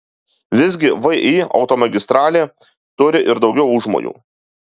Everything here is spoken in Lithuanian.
visgi vį automagistralė turi ir daugiau užmojų